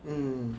mm